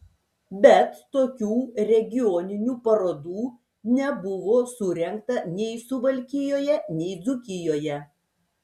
bet tokių regioninių parodų nebuvo surengta nei suvalkijoje nei dzūkijoje